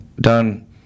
done